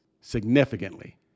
significantly